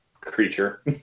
creature